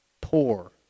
poor